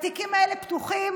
התיקים האלה פתוחים